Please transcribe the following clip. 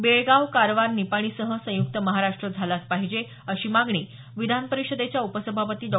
बेळगाव कारवार निपाणीसह संयुक्त महाराष्ट्र झालाच पाहिजे अशी मागणी विधान परिषदेच्या उपसभापती डॉ